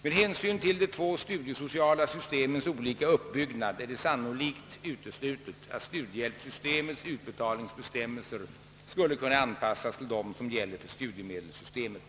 Med hänsyn till de två studiesociala systemens olika uppbyggnad är det sannolikt uteslutet att studiehjälpssystemets utbetalningsbestämmelser skulle kunna anpassas till dem som gäller för studiemedelssystemet.